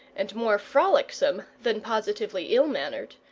and more frolicsome than positively ill-mannered,